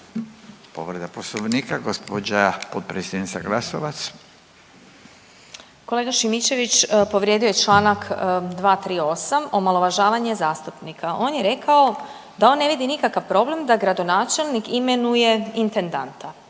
Povreda poslovnika, gđa. potpredsjednica Glasovac. **Glasovac, Sabina (SDP)** Kolega Šimičević povrijedio je čl. 238., omalovažavanje zastupnika. On je rekao da on ne vidi nikakav problem da gradonačelnik imenuje intendanta